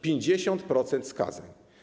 50% skazań.